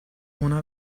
una